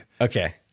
Okay